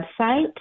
website